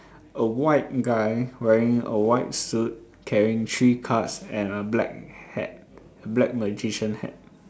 a white guy wearing a white suit carrying three cards and a black hat black magician hat